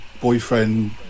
boyfriend